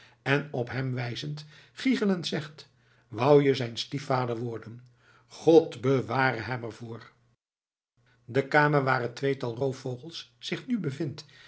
en op hem wijzend giegelend zegt wou je zijn stiefvader worden god beware hem er voor de kamer waar het tweetal roofvogels zich nu bevindt